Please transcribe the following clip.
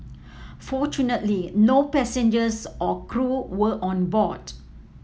fortunately no passengers or crew were on board